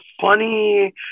funny